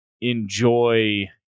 enjoy